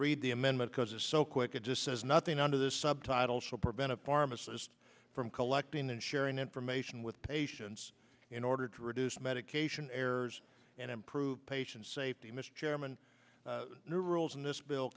read the amendment because it's so quick it just says nothing under this subtitle shall prevent a pharmacist from collecting and sharing information with patients in order to reduce medication errors and improve patient safety mr chairman the new rules in this bill